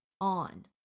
on